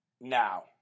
now